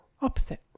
opposite